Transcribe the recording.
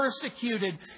persecuted